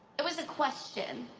it was a question.